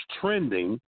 trending